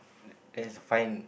that's fine